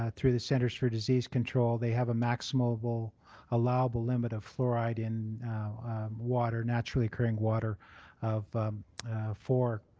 ah through the centres for disease control, they have a maximum allowable allowable limit of fluoride in water naturally occurring water of four